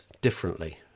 differently